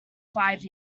five